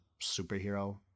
superhero